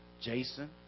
Jason